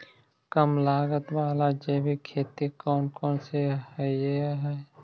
कम लागत वाला जैविक खेती कौन कौन से हईय्य?